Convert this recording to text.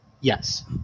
Yes